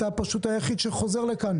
אתה פשוט היחיד שחוזר לכאן.